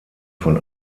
von